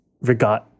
regard